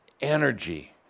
energy